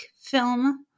film